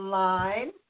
line